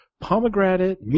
pomegranate